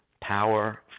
power